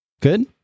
Good